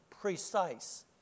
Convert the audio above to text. precise